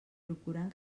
procurant